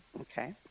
Okay